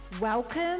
Welcome